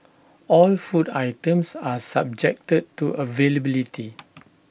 all food items are subjected to availability